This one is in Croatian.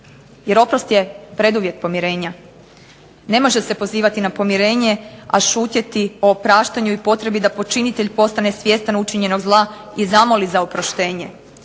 Jer oprost je preduvjet pomirenja. Ne može se pozivati na pomirenje, a šutjeti o opraštanju i potrebi da počinitelj postane svjestan učinjenog zla i zamoli za oproštenje.